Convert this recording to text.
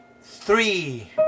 three